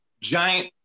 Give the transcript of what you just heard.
giant